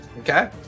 Okay